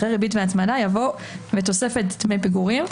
אחרי "ריבית והצמדה" יבוא "ותוספת דמי פיגורים".